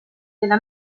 della